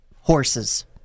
horses